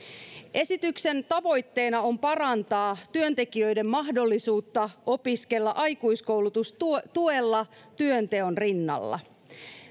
esityksen tavoitteena on parantaa työntekijöiden mahdollisuutta opiskella aikuiskoulutustuella työnteon rinnalla